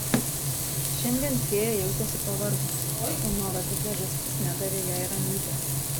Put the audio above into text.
šiandien fėja jautėsi pavargusi o nuovargio priežastis nedavė jai ramybės